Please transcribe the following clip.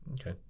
Okay